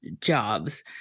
jobs